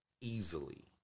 easily